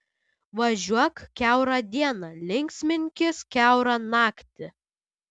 važiuok kiaurą dieną linksminkis kiaurą naktį